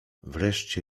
wreszcie